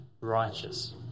righteous